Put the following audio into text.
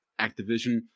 Activision